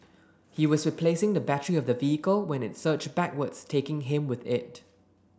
he was replacing the battery of the vehicle when it surged backwards taking him with it